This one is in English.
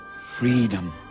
freedom